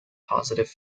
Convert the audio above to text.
positive